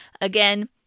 again